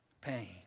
pain